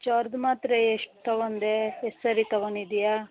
ಜ್ವರದ್ ಮಾತ್ರೆ ಎಷ್ಟು ತಗೊಂಡೆ ಎಷ್ಟು ಸರಿ ತಗೊಂಡಿದ್ದೀಯಾ